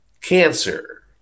cancer